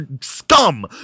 scum